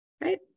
Right